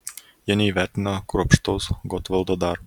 jie neįvertino kruopštaus gotvaldo darbo